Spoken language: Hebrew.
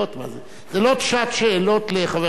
זו לא שעת שאלות לחבר הכנסת יואל חסון.